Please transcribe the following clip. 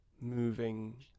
moving